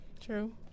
true